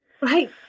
right